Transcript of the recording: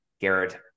garrett